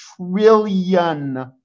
trillion